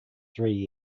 three